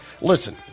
Listen